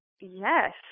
Yes